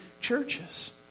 churches